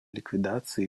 ликвидации